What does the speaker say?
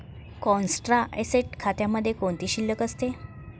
Contra asset खात्यामध्ये कोणती शिल्लक असते?